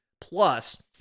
plus